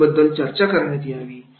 माहिती बद्दल चर्चा करण्यात यावी